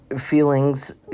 feelings